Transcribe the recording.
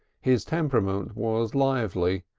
his temperament was lively,